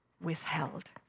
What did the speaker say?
withheld